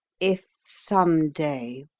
if some day.